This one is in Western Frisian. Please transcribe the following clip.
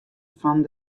fan